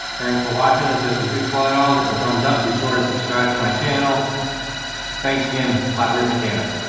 thanks for watching. and if this was useful at all hit the thumbs up be sure to subscribe to my channel thanks again flat rate mechanic